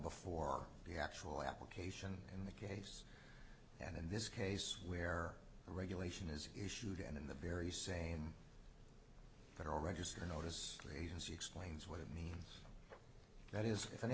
before the actual application in the case and in this case where regulation is issued and in the very same federal register notice raises explains what it mean that is